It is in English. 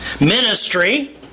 Ministry